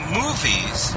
movies